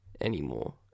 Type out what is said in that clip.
anymore